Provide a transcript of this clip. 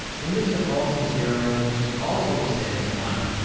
windows defaults to zero, which is also the same as one.